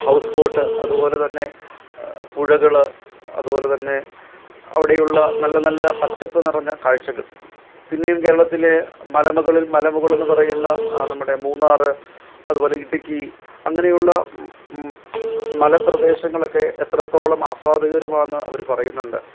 house boat അതുപോലെതന്നെ പുഴകള് അതുപോലെതന്നെ അവിടെയുള്ള നല്ലനല്ല പച്ചപ്പ് നിറഞ്ഞ കാഴ്ചകൾ പിന്നെയും കേരളത്തില് മലമുകളിൽ മലമുകള് എന്ന് പറയുന്ന നമ്മുടെ മൂന്നാര് അതുപോലെ ഇടുക്കി അങ്ങനെയുള്ള മലമ്പ്രദേശങ്ങളൊക്കെ എത്രത്തോളം ആസ്വാദകരമാണ് അവര് പറയുന്നുണ്ട്